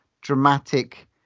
dramatic